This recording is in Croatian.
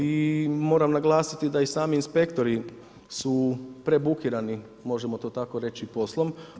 I moram naglasiti da i sami inspektori su prebukirani možemo to tako reći poslom.